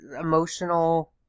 emotional